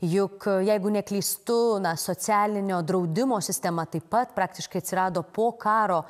juk jeigu neklystu socialinio draudimo sistema taip pat praktiškai atsirado po karo